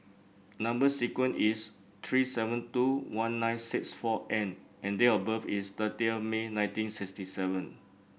number sequence is three seven two one nine six four N and date of birth is thirty of May nineteen sixty seven